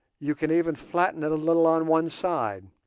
you can even flatten it a little on one side,